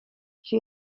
she